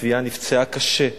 צביה נפצעה קשה,